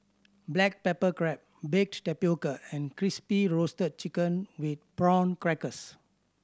black pepper crab baked tapioca and Crispy Roasted Chicken with Prawn Crackers